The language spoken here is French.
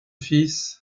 fils